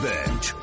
Bench